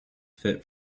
fit